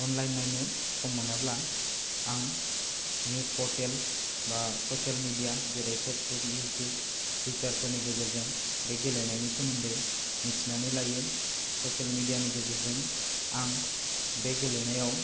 online नायनो सम मोनाब्ला आं न्युज पर्टेल बा स'सियेल मिडिया जेरै फेसबुक इउटुब टुइटारफोरनि गेजेरजों बे गेलेनायनि सोमोन्दै मिथिनानै लायो स'सियेल मिडियानि गेजेरजों आं बे गेलेनायाव